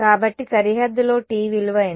కాబట్టి సరిహద్దులో T విలువ ఎంత